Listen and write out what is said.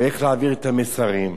ואיך להעביר את המסרים?